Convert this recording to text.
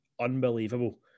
unbelievable